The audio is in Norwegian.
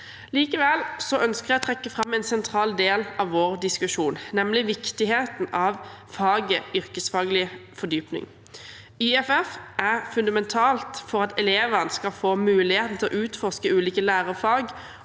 Likevel ønsker jeg å trekke fram en sentral del av vår diskusjon, nemlig viktigheten av faget yrkesfaglig fordypning, YFF. YFF er fundamentalt for at elevene skal få muligheten til å utforske ulike lærefag,